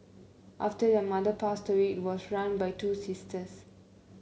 after their mother passed away was run by two sisters